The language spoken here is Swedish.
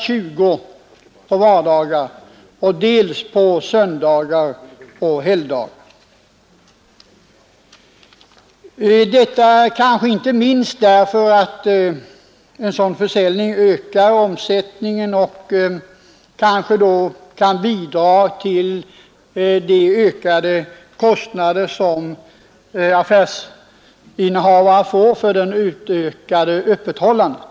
20 på vardagar, dels på söndagar och helgdagar, inte minst därför att en sådan försäljning ökar omsättningen och kanske kan bidra till att täcka de ökade kostnader som affärsinnehavaren får för det utökade öppethållandet.